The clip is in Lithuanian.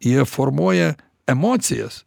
jie formuoja emocijas